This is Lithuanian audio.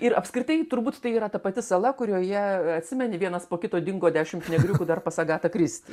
ir apskritai turbūt tai yra ta pati sala kurioje atsimeni vienas po kito dingo dešimt negriukų dar pas agatą kristi